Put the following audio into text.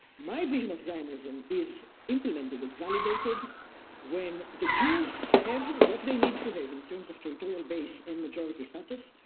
my vision of zionism is implemented and validated when the jews have what they need to have, in terms of territorial base and majority status,